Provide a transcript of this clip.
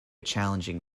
challenging